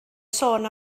sôn